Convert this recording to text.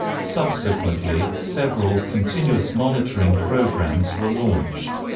subsequently, several continuous monitoring programs were launched.